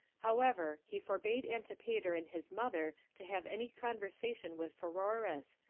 however, he forbade antipater and his mother to have any conversation with pheroras,